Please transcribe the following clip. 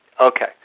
Okay